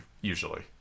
usually